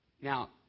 Now